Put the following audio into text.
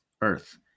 earth